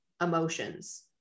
emotions